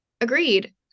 agreed